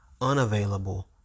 unavailable